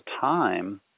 time